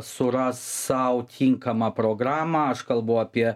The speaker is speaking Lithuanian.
suras sau tinkamą programą aš kalbu apie